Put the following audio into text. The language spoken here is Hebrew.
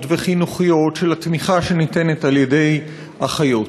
וחינוכיות של התמיכה שניתנת על-ידי אחיות,